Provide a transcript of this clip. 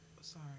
Sorry